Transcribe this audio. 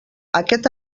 aquest